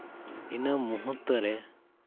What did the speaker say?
ᱤᱱᱟᱹ ᱢᱩᱦᱩᱨᱛᱚ ᱨᱮ